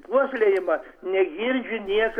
puoselėjimą negirdžiu nieka